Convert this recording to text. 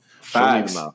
facts